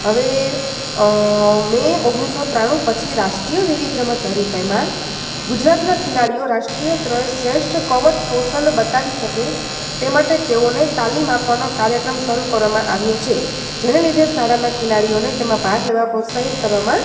હવે મેં ઓગણીસો ત્રાણું પછી રાષ્ટ્રીય વીરીત રમત હરીફાઈમાં ગુજરાતના ખેલાડીઓનો રાષ્ટ્રીય ત્ર શ્રેષ્ઠ કવચ કૌશલ્ય બતાવી શકે તે માટે તેઓને તાલીમ આપવાના કાર્યક્રમ શરૂ કરવામાં આવ્યો છે જેને લીધે શાળાના ખેલાડીઓને તેમાં ભાગ લેવા પ્રોત્સાહીત કરવામાં